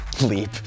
leap